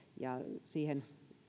siihen